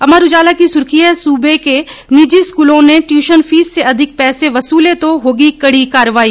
अमर उजाला की सुर्खी है सूबे के निजी स्कूलों ने टयूशन फीस से अधिक पैसे वसूले तो होगी कड़ी कार्रवाई